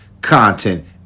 content